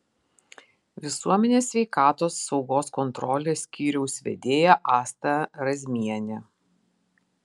visuomenės sveikatos saugos kontrolės skyriaus vedėja asta razmienė